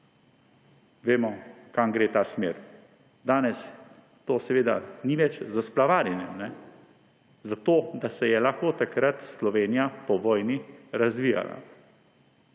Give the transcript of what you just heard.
Vemo, kam gre ta smer. Danes to seveda ni več za splavarjenje. Zato, da se je lahko takrat Slovenija po vojni razvijala.